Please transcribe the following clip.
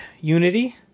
Unity